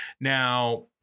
Now